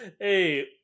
Hey